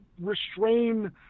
restrain